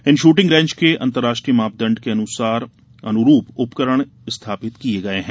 इन shooting range के अंतर्राष्ट्रीय मापदण्ड के अनुरूप उपकरण स्थापित किए गए है